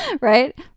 right